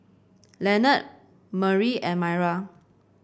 Lenord Murry and Maira